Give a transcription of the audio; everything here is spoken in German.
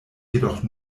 jedoch